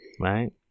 Right